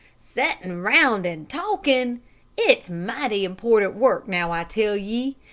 settin round and talkin' it's mighty important work, now i tell ye.